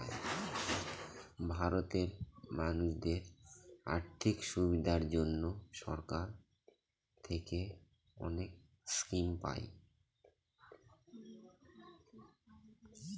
ভারতে মানুষদের আর্থিক সুবিধার জন্য সরকার থেকে অনেক স্কিম পায়